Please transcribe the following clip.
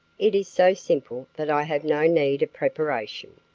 it is so simple that i have no need of preparation.